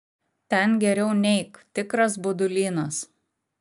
ten geriau neik tikras budulynas